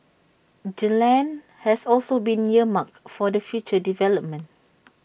the land has also been earmarked for the future development